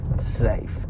safe